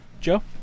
Joe